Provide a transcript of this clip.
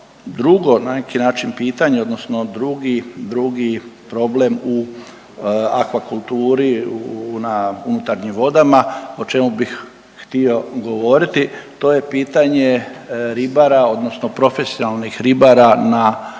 drugo na neki način pitanje odnosno drugi, drugi problem u akvakulturi na unutarnjim vodama o čemu bih htio govoriti to je pitanje ribara odnosno profesionalnih ribara na, na